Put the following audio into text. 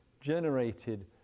generated